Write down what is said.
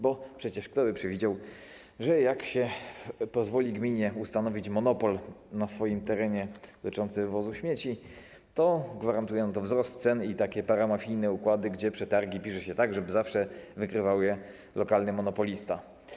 Bo przecież kto by przewidział, że jak się pozwoli gminie ustanowić na jej terenie monopol dotyczący wywozu śmieci, to gwarantuje się wzrost cen i takie paramafijne układy, gdzie przetargi pisze się tak, żeby zawsze wygrywał je lokalny monopolista?